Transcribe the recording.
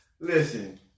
listen